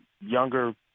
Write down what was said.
younger